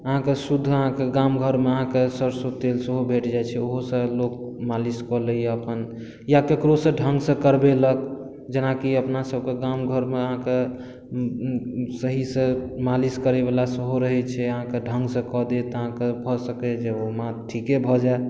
अहाँके शुद्ध अहाँके गाम घर मे अहाँके सरिसो तेल सेहो भेट जाइ छै ओहो सऽ लोक मालिश कऽ लैया अपन या केकरो सऽ ढंग सऽ करबेलक जेनाकि अपना सबके गाम घर मे अहाँके सही सऽ मालिश करै बला सेहो रहै छै अहाँके ढंग सऽ कऽ देत अहाँके भऽ सकैया जे ओ माथ ठीके भऽ जाय